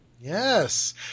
Yes